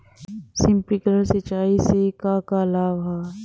Sprinkler सिंचाई से का का लाभ ह?